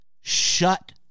shut